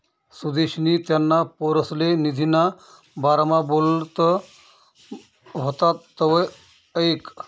सुदेशनी त्याना पोरसले निधीना बारामा बोलत व्हतात तवंय ऐकं